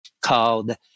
called